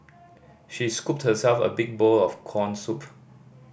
she scooped herself a big bowl of corn soup